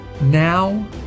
Now